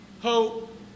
hope